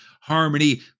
Harmony